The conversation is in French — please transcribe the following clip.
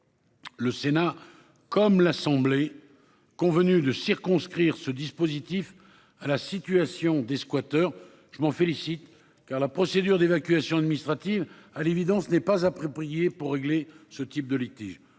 Le Sénat comme l'Assemblée. Convenu de circonscrire ce dispositif à la situation des squatters. Je m'en félicite car la procédure d'évacuation administrative à l'évidence n'est pas approprié pour régler ce type de litige,